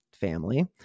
family